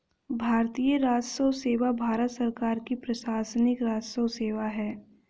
भारतीय राजस्व सेवा भारत सरकार की प्रशासनिक राजस्व सेवा है